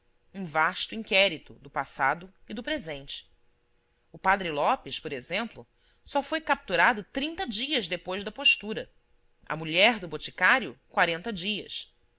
um vasto inquérito do passado e do presente o padre lopes por exemplo só foi capturado trinta dias depois da postura a mulher do boticário quarenta dias